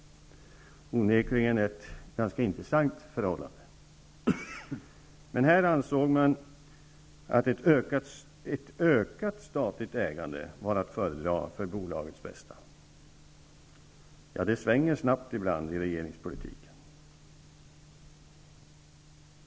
Onekligen ett intressant förhållande. Men här ansåg man att ett ökat statligt ägande vore att föredra för bolagets bästa. Ja, det svänger snabbt ibland i regeringspolitiken!